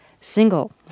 single